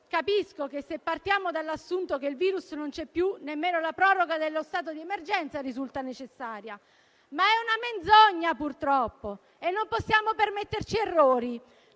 Capisco che, se partiamo dall'assunto che il virus non c'è più, nemmeno la proroga dello stato di emergenza risulta necessaria. Ma è una menzogna, purtroppo. Non possiamo permetterci errori,